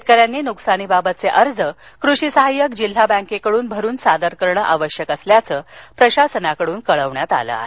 शेतकऱ्यांनी नुकसानीबाबतघे अर्ज कृषी सहायक जिल्हा बँकेकडून भरुन सादर करण आवश्यक असल्याचं प्रशासनाकडून कळवण्यात आलं आहे